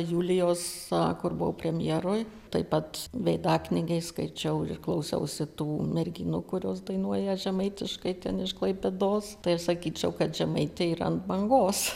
julijos kur buvau premjeroj taip pat veidaknygėj skaičiau ir klausausi tų merginų kurios dainuoja žemaitiškai ten iš klaipėdos tai sakyčiau kad žemaitė ir ant bangos